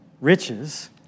riches